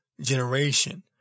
generation